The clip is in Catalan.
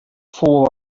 fou